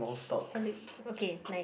hello okay my